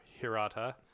Hirata